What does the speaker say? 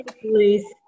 please